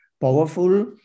powerful